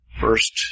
First